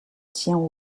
tient